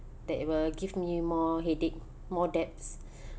that it will give me more headache more debts